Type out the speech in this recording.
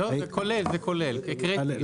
זה כולל, הקראתי הגדרה.